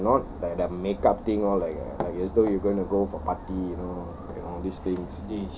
but not like the make up thing all like like as though you're gonna go for party you know and all this things